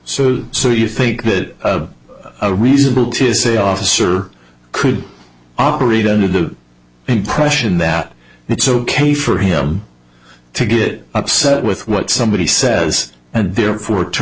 so so you think that a reasonable to say officer could operate under the impression that it's ok for him to get upset with what somebody says and therefore to